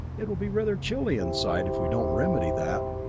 it will be rather chilly inside if we don't remedy that.